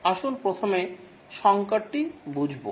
আসুন প্রথমে সংকটটি বুঝবো